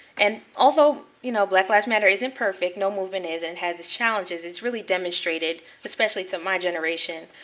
and although you know black lives matter isn't imperfect, no movement is, and has its challenges, it's really demonstrated, especially to my generation,